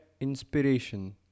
inspiration